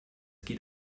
geht